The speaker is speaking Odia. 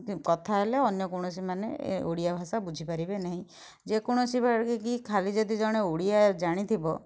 କଥା ହେଲେ ଅନ୍ୟ କୌଣସି ମାନେ ଓଡ଼ିଆ ଭାଷା ବୁଝି ପାରିବେ ନାହିଁ ଯେକୌଣସି ବେଳେ ଖାଲି ଯଦି ଜଣେ ଓଡ଼ିଆ ଜାଣିଥିବ